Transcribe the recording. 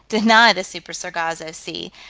deny the super-sargasso sea,